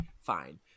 fine